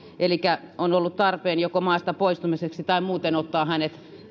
elikkä on ollut tarpeen joko maasta poistamiseksi tai muuten ottaa hänet